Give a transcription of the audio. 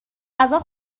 غذا